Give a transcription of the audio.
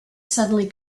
suddenly